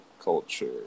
culture